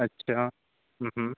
अच्छा